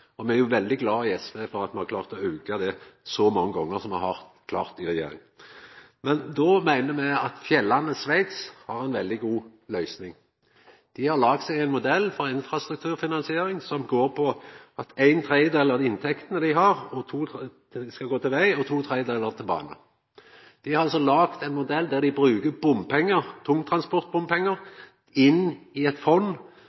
det me klarer i dag? Me i SV er jo veldig glade for at me har klart å auka denne satsinga så mange gonger som me har klart i regjering. Me meiner at fjellandet Sveits har ei veldig god løysing. Dei har laga seg ein modell for infrastrukurfinansiering som går på at ein tredel av inntektene dei har, skal gå til veg, og to tredelar til bane. Dei har altså laga ein modell der dei legg bompengar